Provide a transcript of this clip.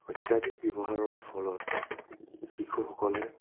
অত্যাধিক ব্যৱহাৰৰ ফলত শিশুসকলে